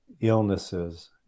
illnesses